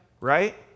right